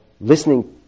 listening